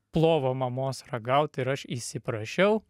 plovo mamos ragaut ir aš įsiprašiau